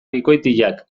bikoitiak